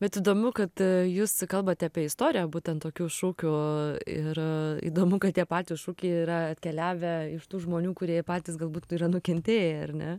bet įdomu kad jūs kalbate apie istoriją būtent tokių šūkių ir įdomu kad tie patys šūkiai yra atkeliavę iš tų žmonių kurie patys galbūt yra nukentėję ar ne